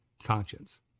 conscience